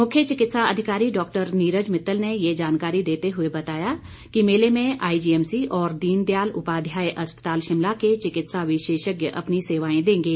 मुख्य चिकित्सा अधिकारी डॉ नीरज मित्तल ने ये जानकारी देते हुए बताया कि मेले में आईजीएमसी और दीनदयाल उपाध्याय अस्पताल शिमला के चिकित्सा विशेषज्ञ अपनी सेवाएं देंगे